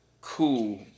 cool